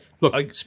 look